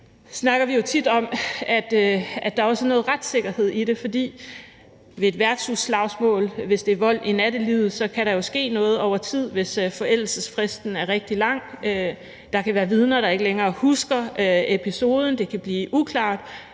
vi jo tit om, at der også er noget retssikkerhed i det. Ved et værtshusslagsmål og vold i nattelivet kan der jo ske noget over tid, hvis forældelsesfristen er rigtig lang. Der kan være vidner, der ikke længere husker episoden, og det kan blive uklart,